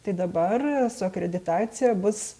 tai dabar su akreditacija bus